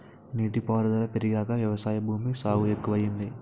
నీటి పారుదుల పెరిగాక వ్యవసాయ భూమి సాగు ఎక్కువయింది